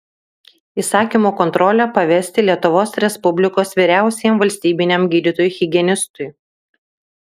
įsakymo kontrolę pavesti lietuvos respublikos vyriausiajam valstybiniam gydytojui higienistui